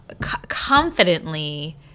confidently